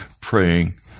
praying